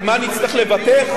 על מה נצטרך לוותר?